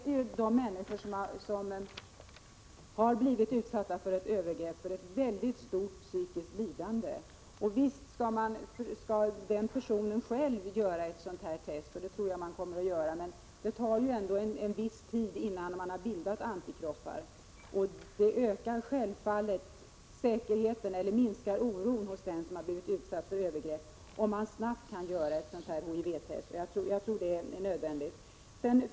De människor som blir utsatta för ett övergrepp drabbas av ett stort psykiskt lidande. Visst skall även den person som utsatts för ett övergrepp själv undergå ett test. Men det tar ju ändå en viss tid innan antikroppar har bildats. Det minskar naturligtvis oron hos den som blivit utsatt för ett övergrepp om man snabbt kan utföra ett HIV-test.